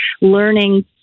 learning